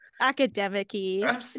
academic-y